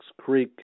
Creek